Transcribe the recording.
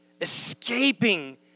escaping